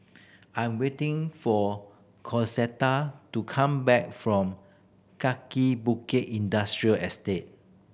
I'm waiting for Concetta to come back from Kaki Bukit Industrial Estate